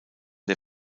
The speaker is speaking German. der